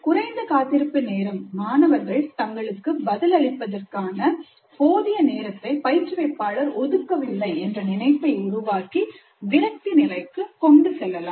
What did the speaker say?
குறைந்த காத்திருப்பு நேரம் மாணவர்கள் தங்களுக்கு பதில் அளிப்பதற்கான போதிய நேரத்தை பயிற்றுவிப்பாளர் ஒதுக்கவில்லை என்று நினைப்பை உருவாக்கி விரக்தி நிலைக்கு கொண்டு செல்லலாம்